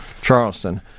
Charleston